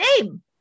name